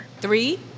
Three